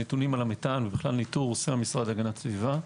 נתונים על המתאן ובכלל ניטור עושה המשרד להגנת הסביבה.